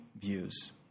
views